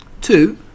Two